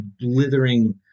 blithering